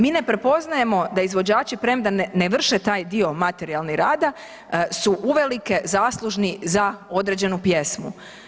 Mi ne prepoznajemo da izvođači premda ne vrše taj dio materijala i rada su uvelike zaslužni za određenu pjesmu.